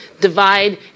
divide